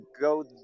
go